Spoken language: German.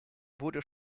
wurde